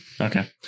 Okay